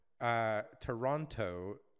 Toronto